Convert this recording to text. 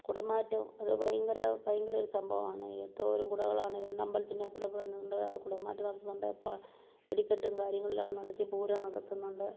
കുട മാറ്റോം അത് ഭയങ്കര ഭയങ്കര ഒരു സംഭവമാണ് എന്തോരം കുടകളാണ് രണ്ട് അമ്പലത്തിൻറേം കുടമാറ്റം നടത്തുന്നത് വെടിക്കെട്ടും കാര്യങ്ങളും ഇല്ലാതെ പൂരോം നടത്തുന്നുണ്ട്